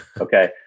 Okay